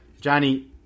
Johnny